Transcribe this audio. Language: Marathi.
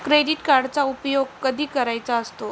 क्रेडिट कार्डचा उपयोग कधी करायचा असतो?